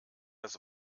das